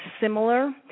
similar